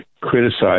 criticize